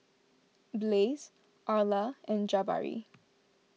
Blaise Arla and Jabari